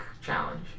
challenge